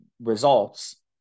results